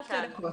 שלום,